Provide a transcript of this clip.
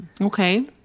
okay